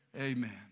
amen